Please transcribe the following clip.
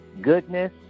goodness